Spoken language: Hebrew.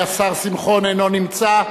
השר שמחון, אינו נמצא.